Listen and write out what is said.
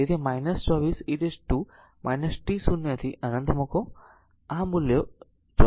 તેથી તે 24 e t0 થી અનંત મૂકો આ મૂલ્યો 24 જૂલ મળશે